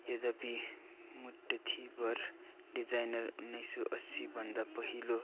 यद्यपि मुठीभर डिजाइनर उन्नाइस सय अस्सीभन्दा पहिलो